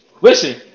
Listen